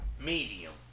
medium